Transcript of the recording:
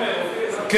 אופיר, ל"ג בעומר.